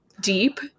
deep